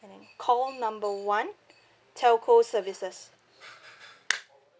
call number one telco services